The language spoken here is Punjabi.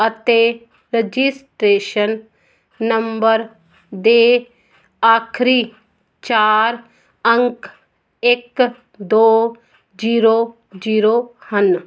ਅਤੇ ਰਜਿਸਟ੍ਰੇਸ਼ਨ ਨੰਬਰ ਦੇ ਆਖਰੀ ਚਾਰ ਅੰਕ ਇੱਕ ਦੋ ਜੀਰੋ ਜੀਰੋ ਹਨ